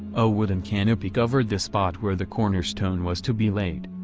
a wooden canopy covered the spot where the cornerstone was to be laid.